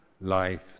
life